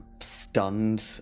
stunned